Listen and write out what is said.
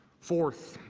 fourth,